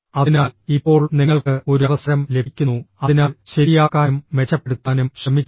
അതിനാൽ ഇപ്പോൾ നിങ്ങൾക്ക് ഒരു അവസരം ലഭിക്കുന്നു അതിനാൽ ശരിയാക്കാനും മെച്ചപ്പെടുത്താനും ശ്രമിക്കുക